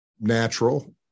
natural